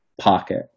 pocket